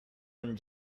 and